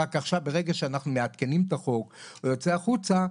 רק עכשיו ברגע שאנחנו מעדכנים את החוק והוא יוצא החוצה,